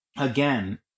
again